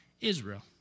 Israel